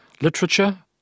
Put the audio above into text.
literature